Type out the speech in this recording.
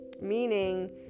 Meaning